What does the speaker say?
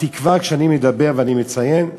התקווה שאני מדבר ואני מציין,